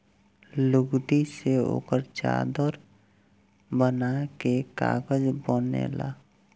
लुगदी से ओकर चादर बना के कागज बनेला